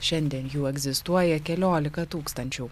šiandien jų egzistuoja keliolika tūkstančių